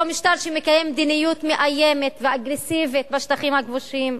אותו משטר שמקיים מדיניות מאיימת ואגרסיבית בשטחים הכבושים,